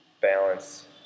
balance